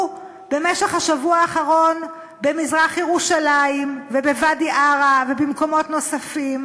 במשך השבוע האחרון במזרח-ירושלים ובוואדי-ערה ובמקומות נוספים,